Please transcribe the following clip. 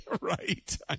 Right